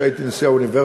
כשהייתי נשיא האוניברסיטה,